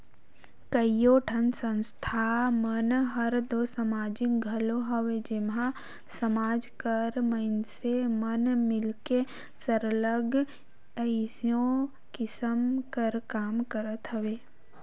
कइयो ठन संस्था मन हर दो समाजिक घलो हवे जेम्हां समाज कर मइनसे मन मिलके सरलग कइयो किसिम कर काम करत अहें